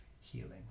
healing